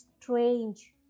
strange